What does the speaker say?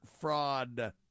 fraud